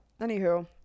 Anywho